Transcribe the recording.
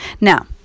Now